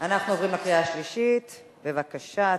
אנחנו עוברים לקריאה השלישית, בבקשה.